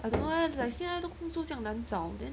I don't know leh like 现在的工作这样难找 then